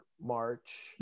March